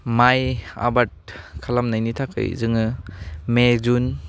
माइ आबाद खालामनायनि थाखाय जोङो मे जुन